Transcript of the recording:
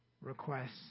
requests